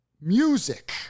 music